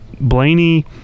Blaney